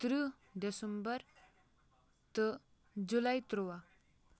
تٕرٛہ ڈیٚسمبَر تہٕ جُولاے تُرٛواہ